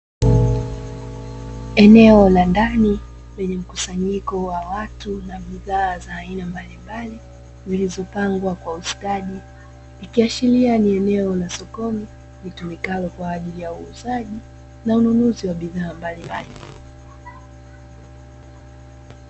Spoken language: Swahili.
Eneo la ndani lenye mkusanyiko wa watu na bidhaa za aina mbalimbali, zilizopangwa kwa ustadi. Ikiashiria ni eneo la sokoni litumikalo kwa ajili ya uuzaji na ununuzi wa bidhaa mbalimbali.